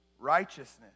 righteousness